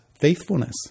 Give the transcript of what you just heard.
faithfulness